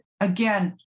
again